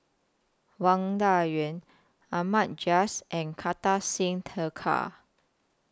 Wang Dayuan Ahmad Jais and Kartar Singh Thakral